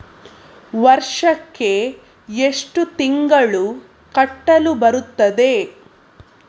ವರ್ಷಕ್ಕೆ ಎಷ್ಟು ತಿಂಗಳು ಕಟ್ಟಲು ಬರುತ್ತದೆ?